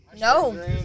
No